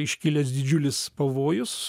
iškilęs didžiulis pavojus